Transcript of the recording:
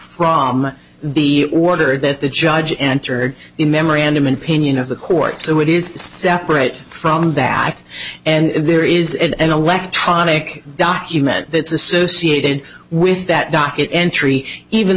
from the order that the judge entered the memorandum and opinion of the court so it is separate from that and there is an electronic document that's associated with that docket entry even